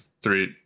three